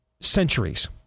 centuries